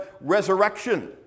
resurrection